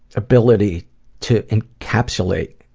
ability to encapsulate